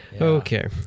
Okay